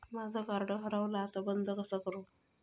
माझा कार्ड हरवला आता बंद कसा करू?